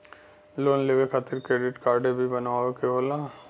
Loan लेवे खातिर credit काडे भी बनवावे के होला?